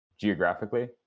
geographically